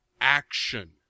action